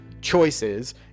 choices